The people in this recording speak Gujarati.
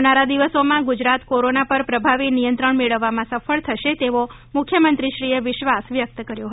આવનારા દિવસોમાં ગુજરાત કોરોના પર પ્રભાવી નિયંત્રણ મેળવવામાં સફળ થશે તેવો મુખ્યમંત્રીશ્રીએ વિશ્વાસ વ્યક્ત કર્યો હતો